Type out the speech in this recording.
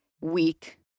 Weak